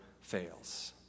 fails